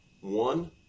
One